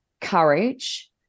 courage